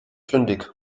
fündig